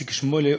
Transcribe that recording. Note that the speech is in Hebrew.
איציק שמולי,